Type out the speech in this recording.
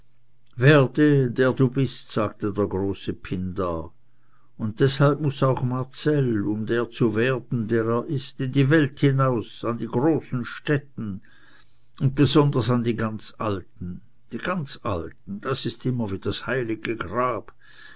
werde der du bist sagt der große pindar und deshalb muß auch marcell um der zu werden der er ist in die welt hinaus an die großen stätten und besonders an die ganz alten die ganz alten das ist immer wie das heilige grab